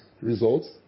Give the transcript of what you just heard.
results